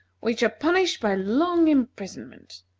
which are punished by long imprisonment.